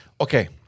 Okay